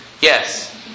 Yes